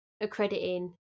accrediting